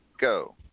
go